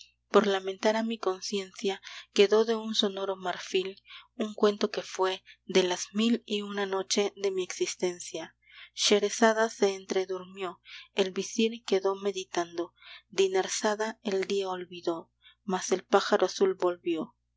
por lamentar a mi conciencia quedó de un sonoro marfil un cuento que fué de las mil y una noche de mi existencia scherezada se entredurmió el visir quedó meditando dinarzada el día olvidó mas el pájaro azul volvió